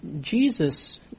Jesus